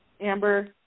Amber